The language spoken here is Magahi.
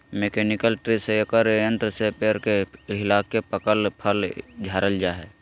मैकेनिकल ट्री शेकर यंत्र से पेड़ के हिलाके पकल फल झारल जा हय